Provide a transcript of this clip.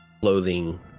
clothing